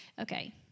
okay